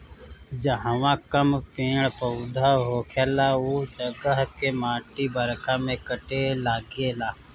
जहवा कम पेड़ पौधा होखेला उ जगह के माटी बरखा में कटे लागेला